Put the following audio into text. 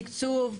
תקצוב,